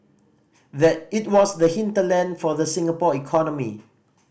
that it was the hinterland for the Singapore economy